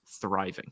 thriving